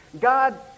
God